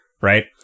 Right